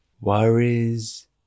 worries